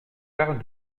parle